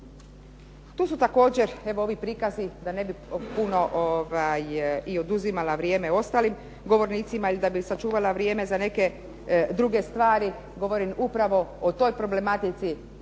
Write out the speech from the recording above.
tu su također evo ovi prikazi da ne bi puno i oduzimala vrijeme ostalim govornicima ili da bi im sačuvala vrijeme za neke druge stvari govorim upravo o toj problematici